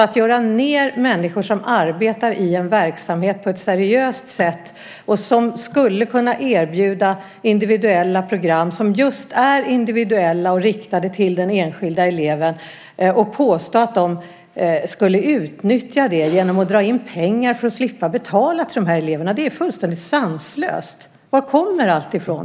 Att göra ned människor som arbetar i en verksamhet på ett seriöst sätt, och som skulle kunna erbjuda individuella program som just är individuella och riktade till den enskilda eleven, och påstå att de skulle utnyttja det genom att dra in pengar för att slippa betala till de här eleverna är fullständigt sanslöst. Var kommer allt ifrån?